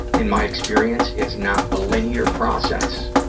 in my experience, it's not a linear process.